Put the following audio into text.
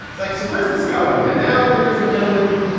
like so where's this going? and now, ladies and gentlemen,